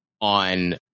on